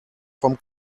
vom